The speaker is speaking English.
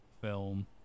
film